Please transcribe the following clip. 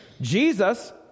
Jesus